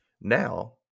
Now